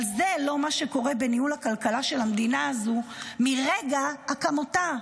אבל זה לא מה שקורה בניהול הכלכלה של המדינה הזאת מרגע הקמתה.